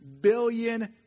billion